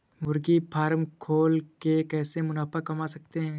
मुर्गी फार्म खोल के कैसे मुनाफा कमा सकते हैं?